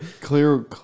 Clear